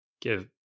give